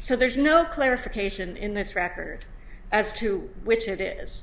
so there's no clarification in this record as to which it is